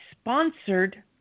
sponsored